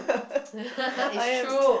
it's true